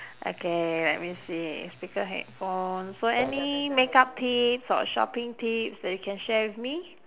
okay let me see speaker headphone so any make up tips or shopping tips that you can share with me